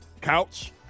couch